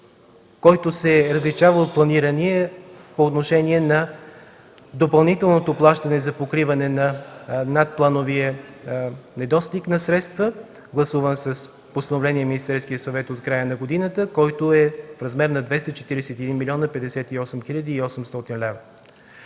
който се различава от планирания по отношение на допълнителното плащане за покриване на надплановия недостиг на средства, гласуван с Постановление на Министерския съвет в края на годината, който е в размер на 241 млн. 058 хил. и 800 лева.